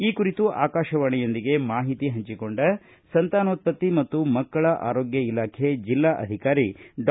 ಈ ಕುರಿತು ಆಕಾಶವಾಣಿಯೊಂದಿಗೆ ಮಾಹಿತಿ ಹಂಚಿಕೊಂಡ ಸಂತಾನೋತ್ವತ್ತಿ ಮತ್ತು ಮಕ್ಕಳ ಆರೋಗ್ಯ ಇಲಾಖೆ ಜೆಲ್ಲಾ ಅಧಿಕಾರಿ ಡಾ